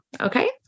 Okay